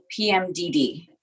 PMDD